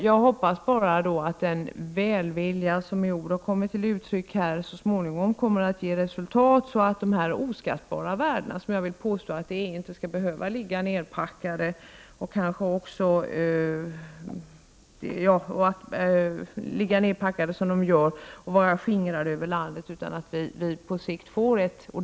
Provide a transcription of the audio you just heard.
Jag hoppas att den välvilja som häri ord kommit till uttryck så småningom ger resultat i form av ett ordentligt museum så att de oskattbara värden, som jag påstår att det är fråga om, inte behöver ligga nerpackade och vara skingrade över landet.